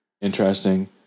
Interesting